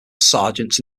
sergeants